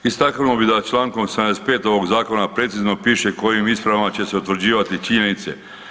Istaknuo bih da člankom 75. ovog Zakona precizno piše kojim ispravama će se utvrđivati činjenice.